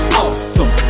awesome